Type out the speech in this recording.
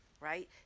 right